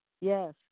Yes